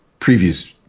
previews